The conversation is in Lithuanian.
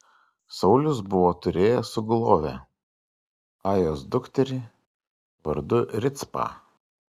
saulius buvo turėjęs sugulovę ajos dukterį vardu ricpą